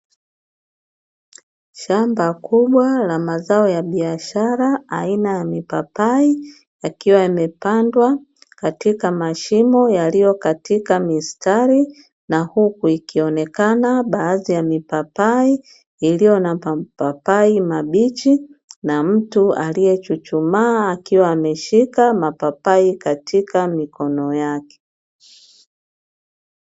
Shamba kubwa la mazao ya biashara aina ya mipapai, yakiwa yamepandwa katika mashimo yaliyo katika mistari, na huku ikionekana baadhi ya mipapai iliyo na mapapai mabichi, na mtu aliyechuchumaa akiwa ameshika mapapai katika mikono yake.